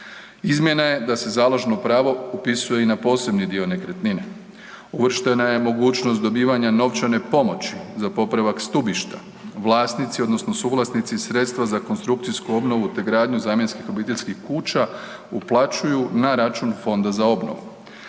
Izmjena je da se založno pravo upisuje i na posebni dio nekretnine. Uvrštena je mogućnost dobivanja novčane pomoći za popravak stubišta, vlasnici odnosno suvlasnici sredstva za konstrukcijsku obnovu te gradnju zamjenskih obiteljskih kuća, uplaćuju na račun Fonda za obnovu.